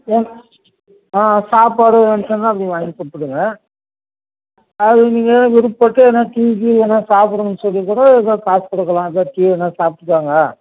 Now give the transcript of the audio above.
ஆ ஆ சாப்பாடு வேணும் சொன்னால் அப்படி நீங்கள் வாங்கிக்கொடுத்துடுங்க அது நீங்கள் விருப்பப்பட்டு எதனா டீ கீ எதனா சாப்பிடுங்கன்னு சொல்லி கூட எதாவது காசு கொடுக்கலாம் எதாது டீ எதனா சாப்பிட்டுக்கோங்க